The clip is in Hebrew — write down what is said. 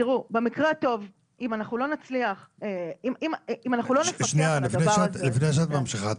במקרה הטוב אם אנחנו לא נפקח על הדבר הזה --- לפני שאת ממשיכה,